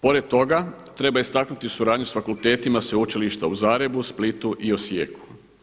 Pored toga treba istaknuti suradnju sa fakultetima Sveučilišta u Zagrebu, Splitu i Osijeku.